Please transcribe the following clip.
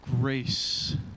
grace